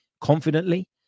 confidently